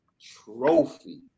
Trophy